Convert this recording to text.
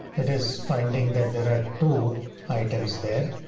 it is finding that there are two items there.